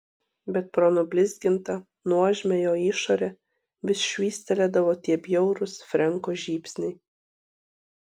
bet pro nublizgintą nuožmią jo išorę vis švystelėdavo tie bjaurūs frenko žybsniai